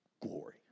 glory